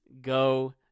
go